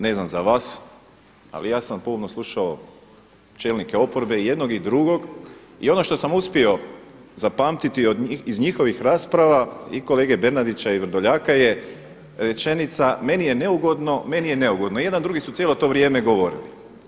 Ne znam za vas, ali ja sam pomno slušao čelnike oporbe i jednog i drugog i ono što sam uspio zapamtiti iz njihovih rasprava i kolege Bernardića i Vrdoljaka je rečenica, meni je neugodno, meni je neugodno i jedan i drugi su cijelo to vrijeme govorili.